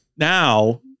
Now